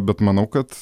bet manau kad